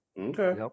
okay